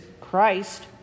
Christ